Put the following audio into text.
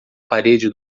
parede